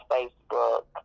Facebook